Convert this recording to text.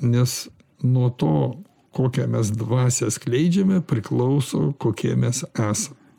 nes nuo to kokią mes dvasią skleidžiame priklauso kokie mes esam